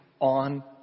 on